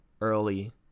early